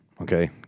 okay